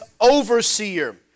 overseer